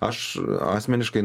aš asmeniškai